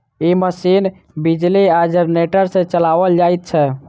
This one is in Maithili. ई मशीन बिजली आ जेनेरेटर सॅ चलाओल जाइत छै